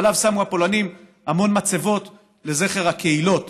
ועליו שמו הפולנים המון מצבות לזכר הקהילות,